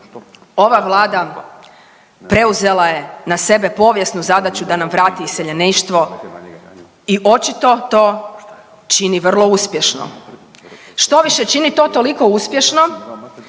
Ova Vlada preuzela je na sebe povijesnu zadaću da nam vrati iseljeništvo i očito to čini vrlo uspješno. Štoviše, čini to toliko uspješno